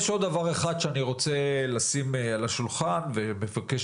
יש עוד דבר אחד שאני רוצה לשים על השולחן ומבקש